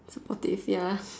potassium